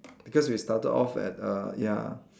because we started off at err ya